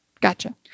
Gotcha